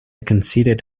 conceded